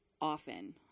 often